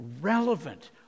relevant